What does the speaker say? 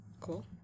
Cool